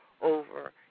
over